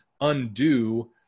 undo